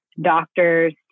doctors